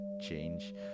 change